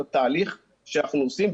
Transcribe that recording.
את התהליך שאנחנו עושים.